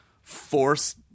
force